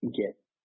get